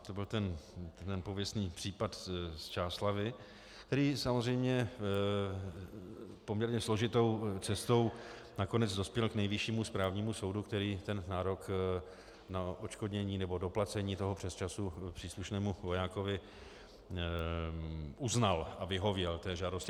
To byl ten pověstný případ z Čáslavi, který samozřejmě poměrně složitou cestou nakonec dospěl k Nejvyššímu správnímu soudu, který ten nárok na odškodnění nebo doplacení přesčasu příslušnému vojákovi uznal a vyhověl té žádosti.